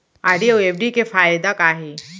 RD अऊ FD के फायेदा का हे?